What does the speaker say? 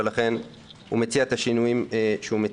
ולכן הציע את השינויים שהציע.